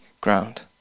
ground